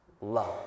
love